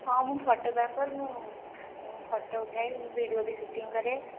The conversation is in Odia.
ହଁ ମୁଁ ଫଟୋଗ୍ରାଫର୍ ମୁଁ ଫଟୋ ଉଠାଏ ଭିଡ଼ିଓ ବି ସୁଟିଙ୍ଗ୍ କରେ